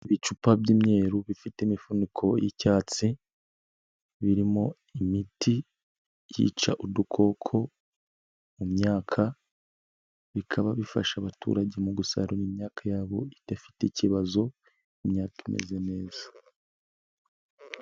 Ibicupa by'imyeru bifite imifuniko y'icyatsi, birimo imiti yica udukoko mu myaka, bikaba bifasha abaturage mu gusarura imyaka yabo idafite ikibazo, imyaka imeze neza.